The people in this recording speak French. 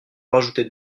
rajouter